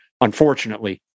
Unfortunately